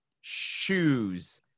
shoes